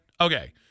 Okay